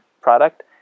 product